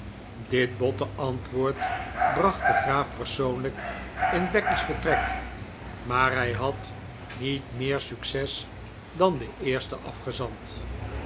dit botte antwoord bracht den graaf persoonlijk in becky's vertrek maar hij had niet meer succes dan de eerste afgezant